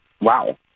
Wow